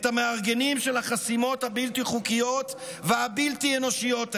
את המארגנים של החסימות הבלתי-חוקיות והבלתי-אנושיות האלה.